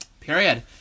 Period